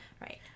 Right